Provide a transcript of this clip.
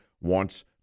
wants